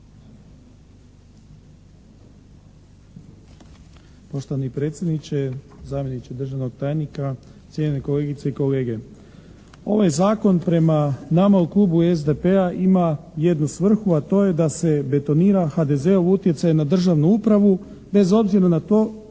Poštovani predsjedniče, zamjeniče državnog tajnika, cijenjene kolegice i kolege. Ovaj zakon prema nama u klubu SDP-a ima jednu svrhu a to je da se betonira HDZ-ov utjecaj na državnu upravu bez obzira na to